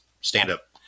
stand-up